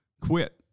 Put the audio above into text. quit